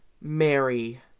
Mary